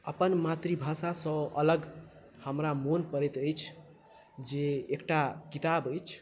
अपन मातृभाषासँ अलग हमरा मोन पड़ैत अछि जे एकटा किताब अछि